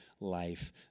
life